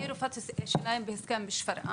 אני רופאת שיניים בהסכם, בשפרעם.